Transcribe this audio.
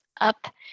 up